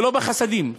ולא בחסדים.